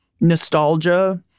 nostalgia